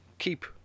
keep